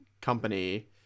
company